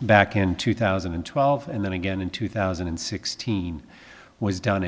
back in two thousand and twelve and then again in two thousand and sixteen was do